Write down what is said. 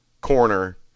corner